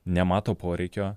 nemato poreikio